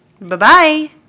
Bye-bye